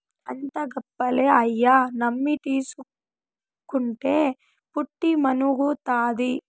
అంతా గప్పాలే, అయ్యి నమ్మి తీస్కుంటే పుట్టి మునుగుతాది